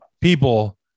people